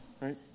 right